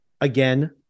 Again